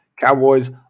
Cowboys